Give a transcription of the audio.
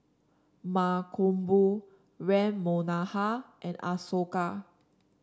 Mankombu Ram Manohar and Ashoka